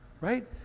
right